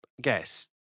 Guess